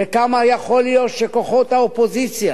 וכמה יכול להיות שכוחות האופוזיציה,